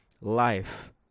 life